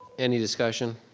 any discussion?